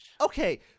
okay